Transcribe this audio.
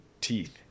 teeth